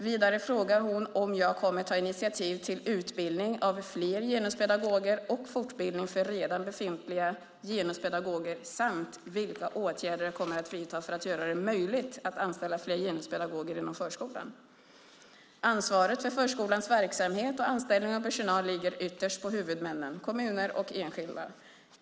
Vidare frågar hon om jag kommer att ta initiativ till utbildning av fler genuspedagoger och fortbildning för redan befintliga genuspedagoger samt vilka åtgärder jag kommer att vidta för att göra det möjligt att anställa fler genuspedagoger inom förskolan. Ansvaret för förskolans verksamhet och anställning av personal ligger ytterst på huvudmännen, kommuner och enskilda.